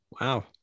wow